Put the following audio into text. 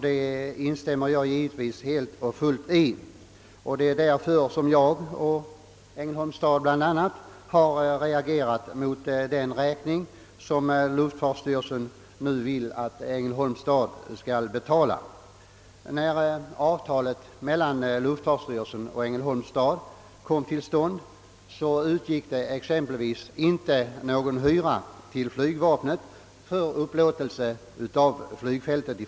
Det instämmer jag naturligtvis helt och fullt i. Det är därför som jag och Ängelholms stad har reagerat mot den räkning som luftfartsstyrelsen nu vill att Ängelholms stad skall betala. När avtalet mellan luftfartsstyrelsen och Ängelholms stad kom till stånd utgick det exempelvis inte någon hyra till flygvapnet för upplåtelse av flygfältet.